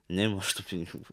neimu aš tų pinigų